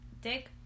dick